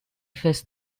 fes